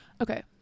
Okay